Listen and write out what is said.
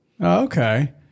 Okay